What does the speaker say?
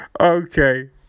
Okay